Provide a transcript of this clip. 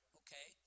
okay